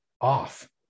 off